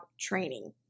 training